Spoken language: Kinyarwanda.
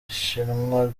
bushinwa